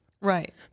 Right